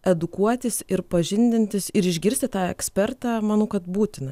edukuotis ir pažindintis ir išgirsti tą ekspertą manau kad būtina